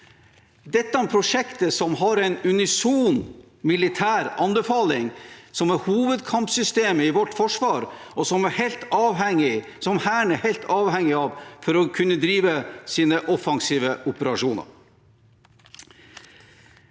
et prosjekt som har en unison militær anbefaling, som er hovedkampsystemet i vårt forsvar, og som Hæren er helt avhengig av for å kunne drive sine offensive operasjoner.